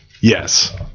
Yes